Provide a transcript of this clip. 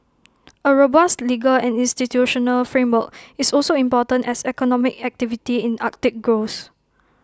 A robust legal and institutional framework is also important as economic activity in Arctic grows